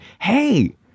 Hey